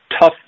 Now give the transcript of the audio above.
tough